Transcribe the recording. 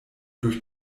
durch